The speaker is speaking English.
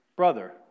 brother